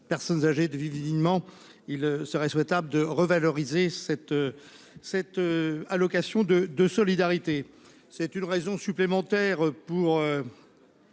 personnes âgées de vivre dignement. Il serait souhaitable de revaloriser cette. Cette allocation de de solidarité. C'est une raison supplémentaire pour.